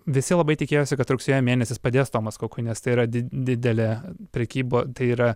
visi labai tikėjosi kad rugsėjo mėnesis padės tomas kukui nes tai yra didelė prekyba tai yra